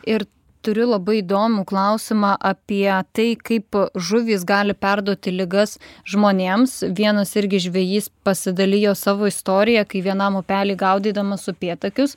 ir turiu labai įdomų klausimą apie tai kaip žuvys gali perduoti ligas žmonėms vienas irgi žvejys pasidalijo savo istorija kai vienam upely gaudydamas upėtakius